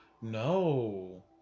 No